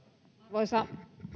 arvoisa